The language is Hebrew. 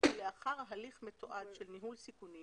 ולאחר הליך מתועד של ניהול סיכונים